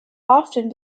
often